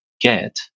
get